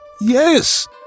Yes